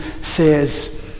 says